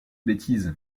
bêtise